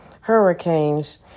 hurricanes